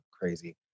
crazy